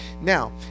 Now